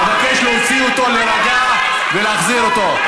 אבקש להוציא אותו להירגע ולהחזיר אותו.